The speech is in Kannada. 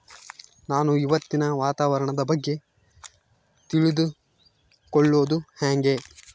ನಾನು ಇವತ್ತಿನ ವಾತಾವರಣದ ಬಗ್ಗೆ ತಿಳಿದುಕೊಳ್ಳೋದು ಹೆಂಗೆ?